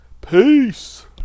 Peace